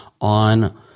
on